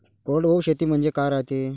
कोरडवाहू शेती म्हनजे का रायते?